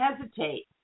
hesitate